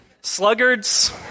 sluggards